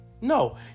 No